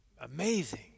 amazing